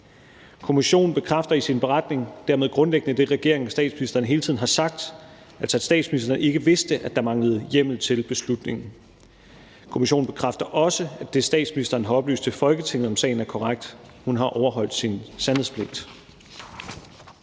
Kommissionen bekræfter i sin beretning dermed grundlæggende det, regeringen og statsministeren hele tiden har sagt, altså at statsministeren ikke vidste, at der manglede hjemmel til beslutningen. Kommissionen bekræfter også, at det, statsministeren har oplyst til Folketinget om sagen, er korrekt. Hun har overholdt sin sandhedspligt.